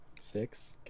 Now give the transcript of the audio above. six